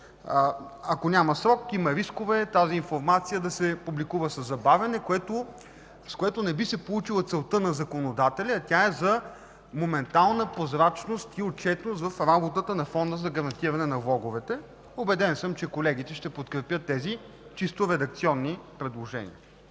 Ако няма срок, има рискове тази информация да се публикува със забавяне, а така не би се получила целта на законодателя, която е за моментална прозрачност и отчетност в работата на Фонда за гарантиране на влоговете. Убедена съм, че колегите ще подкрепят тези чисто редакционни предложения.